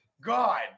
God